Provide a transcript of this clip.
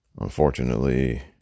unfortunately